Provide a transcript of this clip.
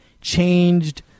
changed